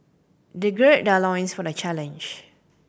they gird their loins for the challenge